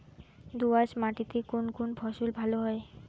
দোঁয়াশ মাটিতে কোন কোন ফসল ভালো হয়?